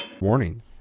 Warning